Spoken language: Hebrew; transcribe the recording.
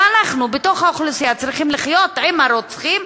ואנחנו בתוך האוכלוסייה צריכים לחיות עם הרוצחים,